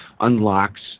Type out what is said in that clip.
unlocks